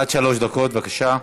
עד שלוש דקות, בבקשה.